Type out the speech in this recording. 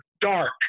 dark